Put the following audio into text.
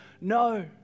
no